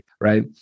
right